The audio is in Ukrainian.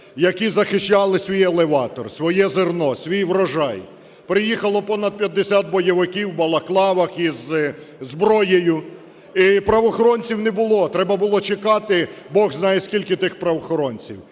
які захищали свій елеватор, своє зерно, свій врожай. Приїхало понад 50 бойовиків в балаклавах із зброєю. І правоохоронців не було. Треба було чекати, Бог знає скільки, тих правоохоронців.